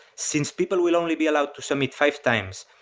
since people will only be allowed to submit five times,